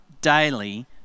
daily